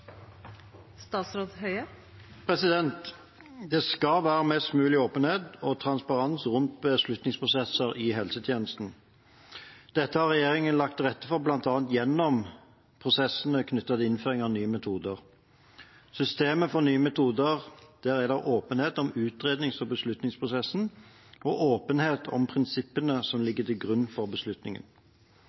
Det skal være mest mulig åpenhet og transparens rundt beslutningsprosesser i helsetjenesten. Dette har regjeringen lagt til rette for bl.a. gjennom prosessene knyttet til innføring av nye metoder. I systemet for nye metoder er det åpenhet om utrednings- og beslutningsprosessene og åpenhet om prinsippene som ligger til grunn for